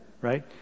Right